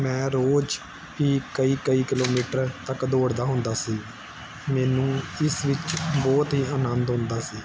ਮੈਂ ਰੋਜ਼ ਹੀ ਕਈ ਕਈ ਕਿਲੋਮੀਟਰ ਤੱਕ ਦੌੜਦਾ ਹੁੰਦਾ ਸੀ ਮੈਨੂੰ ਇਸ ਵਿੱਚ ਬਹੁਤ ਹੀ ਆਨੰਦ ਆਉਂਦਾ ਸੀ